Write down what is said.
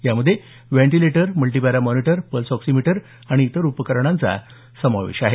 यामध्ये ventilator multipara monitor pulse oximeter आणि इतर उपकरणांचा समावेश आहे